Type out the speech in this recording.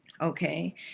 okay